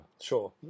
Sure